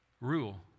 rule